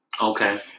Okay